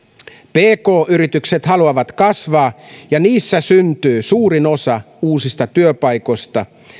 pk yritykset haluavat kasvaa ja niissä syntyy suurin osa uusista työpaikoista